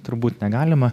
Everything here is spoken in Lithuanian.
turbūt negalima